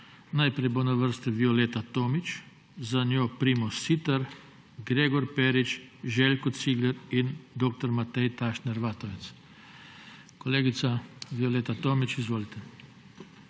Najprej bo na vrsti Violeta Tomić, za njo Primož Siter, Gregor Perič, Željko Cigler in dr. Matej Tašner Vatovec. Kolegica, Violeta Tomić, izvolite.